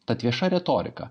tad vieša retorika